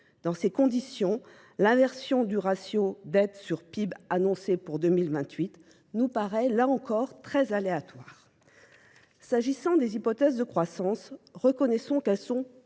Dans ces conditions, l'inversion du ratio dette sur PIB annoncé pour 2028 nous paraît là encore très aléatoire. S'agissant des hypothèses de croissance, reconnaissons qu'elles sont